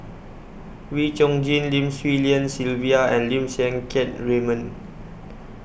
Wee Chong Jin Lim Swee Lian Sylvia and Lim Siang Keat Raymond